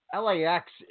LAX